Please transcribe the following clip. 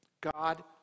God